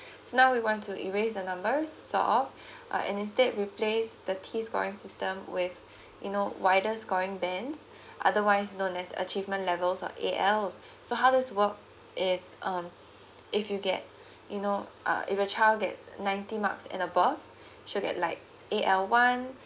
so now we want to erase the numbers sort of uh and instead replace the t scoring system with you know wider scoring bands otherwise achievement levels of A_L so how this work is um if you get you know uh if your child get ninety marks and above sure get like A_L one